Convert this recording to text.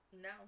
no